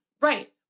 Right